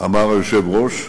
שאמר היושב-ראש,